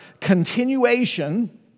continuation